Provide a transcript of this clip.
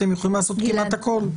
אתם יכולים לעשות כמעט הכול.